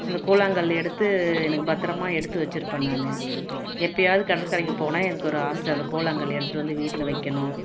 அந்த கூழாங்கல் எடுத்து எனக்கு பத்தரமாக எடுத்து வச்சிருப்பேன் நான் எப்போயாவுது கடற்கரைக்கு போனால் எனக்கு ஒரு ஆசை அந்த கூழாங்கல் எடுத்துகிட்டு வந்து வீட்டில் வைக்கணும்